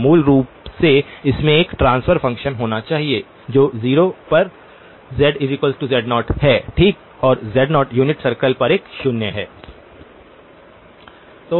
तो मूल रूप से इसमें एक ट्रांसफर फ़ंक्शन होना चाहिए जो 0 पर zz0 है ठीक और z0 यूनिट सर्कल पर एक शून्य है